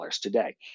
today